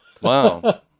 wow